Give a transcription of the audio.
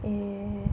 eh